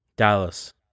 Dallas